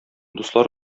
дуслар